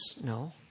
No